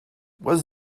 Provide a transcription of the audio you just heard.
was